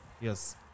Yes